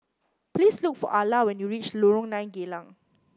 please look for Alla when you reach Lorong Nine Geylang